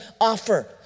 offer